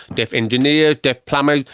deaf engineers, deaf plumbers,